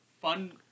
fun